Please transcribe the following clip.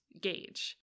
gauge